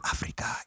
Africa